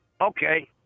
Okay